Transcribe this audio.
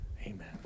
Amen